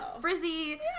frizzy